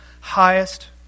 highest